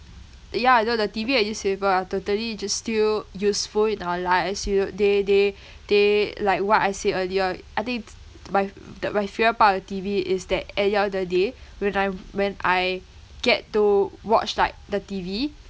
ya I know the T_V and newspaper are totally just still useful in our lives as you they they they like what I said earlier I think t~ my the my favourite part of T_V is that at the end of the day when I when I get to watch like the T_V